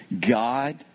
God